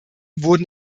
wurden